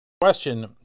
question